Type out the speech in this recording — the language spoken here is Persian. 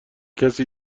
کسی